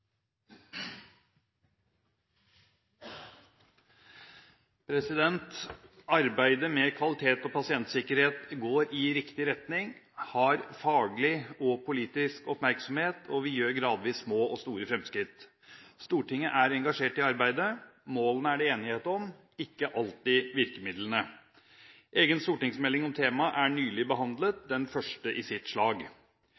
politisk oppmerksomhet, og vi gjør gradvis små og store fremskritt. Stortinget er engasjert i arbeidet. Målene er det enighet om, ikke alltid virkemidlene. Egen stortingsmelding om temaet er nylig behandlet,